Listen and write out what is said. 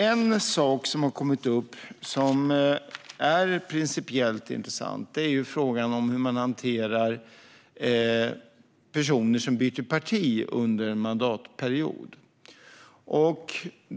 En sak som har kommit upp och är principiellt intressant är frågan om hur man hanterar personer som byter parti under en mandatperiod.